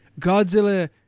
godzilla